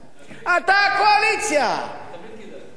אתה הקואליציה, תמיד כדאי.